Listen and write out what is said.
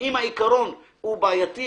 עם השאלות של מה כדאי,